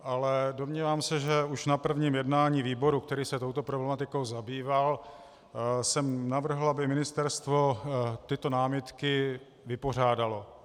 Ale domnívám se, že už na prvním jednání výboru, který se touto problematikou zabýval, jsem navrhl, aby ministerstvo tyto námitky vypořádalo.